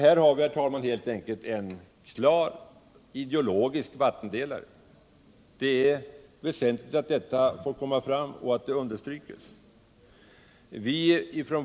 Här har vi, herr talman, en klar ideologisk vattendelare. Det är väsentligt att detta får komma fram och att det understryks.